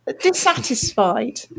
dissatisfied